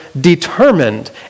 determined